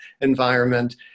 environment